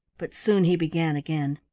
but soon he began again.